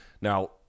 Now